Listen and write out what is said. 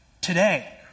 today